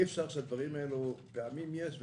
לפעמים יש.